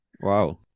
Wow